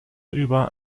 über